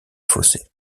fossés